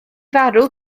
farw